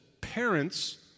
parents